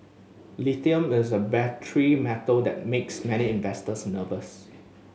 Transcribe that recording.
lithium is a battery metal that makes many investors nervous